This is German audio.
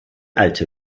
alte